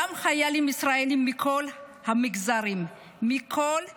דם חיילים ישראלים מכל המגזרים, מכל הזהויות,